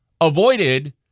avoided